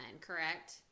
correct